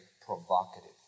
provocative